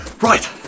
Right